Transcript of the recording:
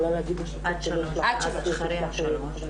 ואחרי השלוש?